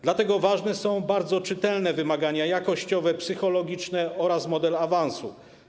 Dlatego ważne są bardzo czytelne wymagania jakościowe, psychologiczne oraz model awansu.